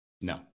No